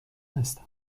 هستم